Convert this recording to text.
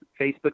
Facebook